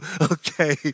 Okay